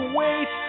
wait